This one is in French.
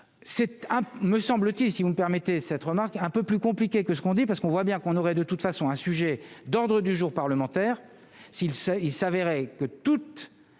cette me semble-t-il, si vous me permettez cette remarque un peu plus compliqué que ce qu'on dit parce qu'on voit bien qu'on aurait de toute façon, un sujet d'ordre du jour parlementaire s'il s'il s'avérait que toutes